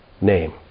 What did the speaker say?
name